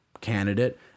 candidate